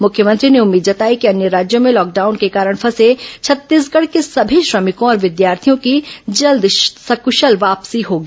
मुख्यमंत्री ने उम्मीद जताई कि अन्य राज्यों में लॉकडाउन के कारण फंसे छत्तीसगढ़ के सभी श्रमिकों और विद्यार्थियों की जल्द सक्शल वापसी होगी